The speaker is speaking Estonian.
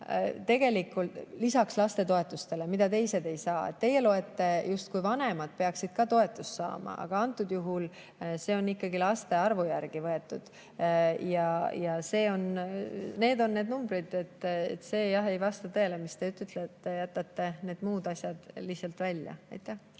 juurde lisaks lastetoetustele, mida teised ei saa. Teie [arvates] peaksid vanemad ka justkui toetust saama, aga antud juhul on see ikkagi laste arvu järgi võetud. Need on need numbrid. See ei vasta tõele, mis te ütlete, te jätate need muud asjad lihtsalt välja. Aitäh!